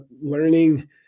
learning